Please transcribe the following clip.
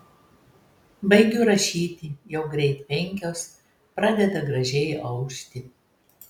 baigiu rašyti jau greit penkios pradeda gražiai aušti